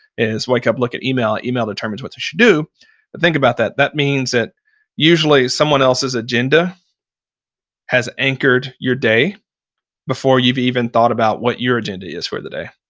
is wake up, look at email. email determines what they so should do, but think about that. that means that usually someone else's agenda has anchored your day before you've even thought about what your agenda is for the day.